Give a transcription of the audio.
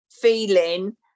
feeling –